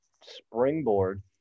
springboard